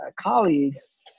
colleagues